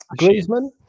Griezmann